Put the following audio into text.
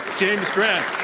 james grant.